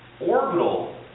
orbital